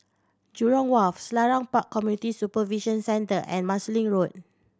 Jurong Wharf Selarang Park Community Supervision Centre and Marsiling Road